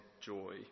joy